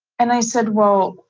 and i said, well,